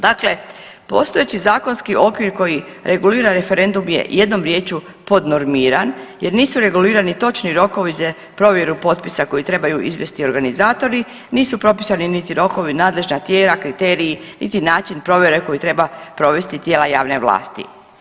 Dakle, postojeći zakonski okvir koji regulira referendum je jednom riječju podnormiran jer nisu regulirani točni rokovi za provjeru potpisa koji trebaju izvesti organizatori, nisu propisani niti rokovi, nadležna tijela, kriteriji, niti način provjere koji treba provesti tijela javne vlasti.